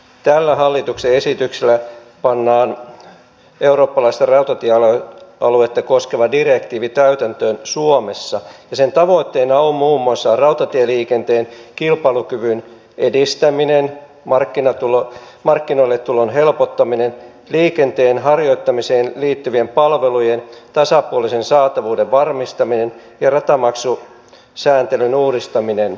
tällä hallituksen esityksellä pannaan eurooppalaista rautatiealuetta koskeva direktiivi täytäntöön suomessa ja sen tavoitteena on muun muassa rautatieliikenteen kilpailukyvyn edistäminen markkinoilletulon helpottaminen liikenteen harjoittamiseen liittyvien palvelujen tasapuolisen saatavuuden varmistaminen ja ratamaksusääntelyn uudistaminen